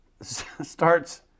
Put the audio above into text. starts